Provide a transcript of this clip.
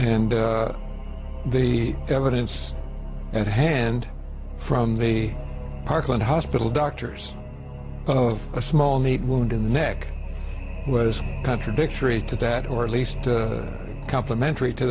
and the evidence at hand from the parkland hospital doctors of a small neat wound in the neck was contradictory to that or at least complementary to